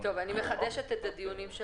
למנוע את ההצטופפות בכניסות